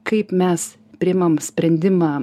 kaip mes priimam sprendimą